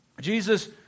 Jesus